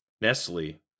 Nestle